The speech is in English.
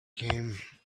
came